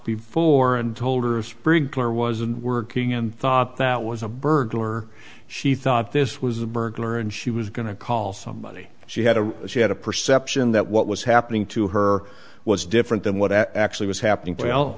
before and told her a sprinkler wasn't working and thought that was a burglar she thought this was a burglar and she was going to call somebody she had a she had a perception that what was happening to her was different than what actually was happening well